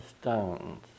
stones